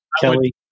Kelly